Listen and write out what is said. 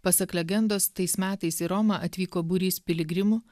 pasak legendos tais metais į romą atvyko būrys piligrimų